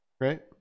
Right